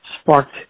sparked